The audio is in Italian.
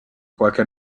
qualche